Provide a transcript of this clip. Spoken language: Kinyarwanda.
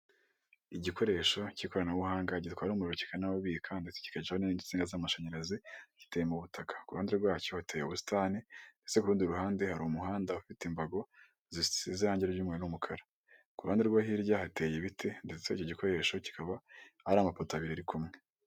Igikoresho cy'ikoranabuhanga gitwara umuriro kikana wubika kandi kigacamo n'insinga z'amashanyarazi giteye mu butaka ku ruhande rwacyo hateye ubusitani ndetse ku kurundi ruhande hari umuhanda ufite imbago zisize irangi ry'umweru n'umukara kuhande rwe hirya hateye ibiti ndetse icyo gikoresho kikaba ari amapoto abiri ari kumwe.